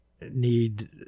need